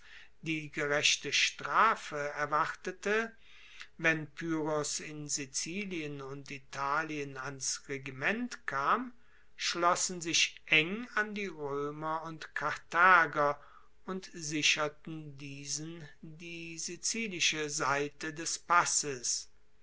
die gerechte strafe erwartete wenn pyrrhos in sizilien und italien ans regiment kam schlossen sich eng an die roemer und karthager und sicherten diesen die sizilische seite des passes